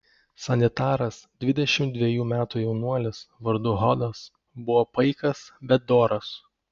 sanitaras dvidešimt dvejų metų jaunuolis vardu hodas buvo paikas bet doras